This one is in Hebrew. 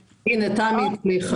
הנה, תמי פרידמן הצליחה להתחבר.